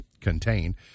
contained